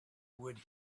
would